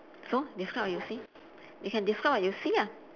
so describe what you see you can describe what you see ah